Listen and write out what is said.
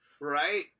Right